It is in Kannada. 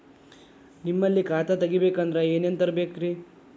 ನಿಮ್ಮಲ್ಲಿ ಖಾತಾ ತೆಗಿಬೇಕಂದ್ರ ಏನೇನ ತರಬೇಕ್ರಿ?